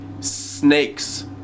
snakes